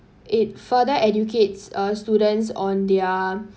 it further educates a students on their